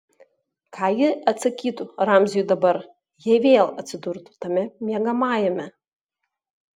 ką ji atsakytų ramziui dabar jei vėl atsidurtų tame miegamajame